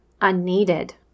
unneeded